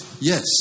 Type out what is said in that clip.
Yes